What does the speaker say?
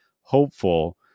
hopeful